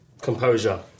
composure